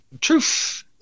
truth